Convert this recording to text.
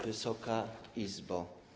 Wysoka Izbo!